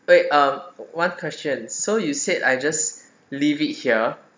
wait um one question so you said I just leave it here